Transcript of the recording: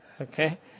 okay